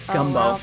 Gumbo